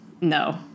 No